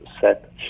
set